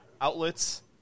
outlets